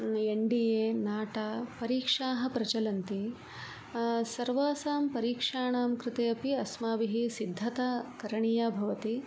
N D A NATA परीक्षाः प्रचलन्ति सर्वासां परीक्षाणां कृते अपि अस्माभिः सिद्धता करणीया भवति